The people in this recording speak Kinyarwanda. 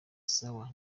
sawa